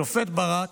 עודד,